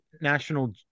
National